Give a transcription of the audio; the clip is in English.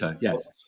yes